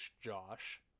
Josh